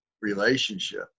relationship